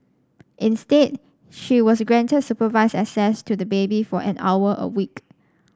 instead she was granted supervised access to the baby for an hour a week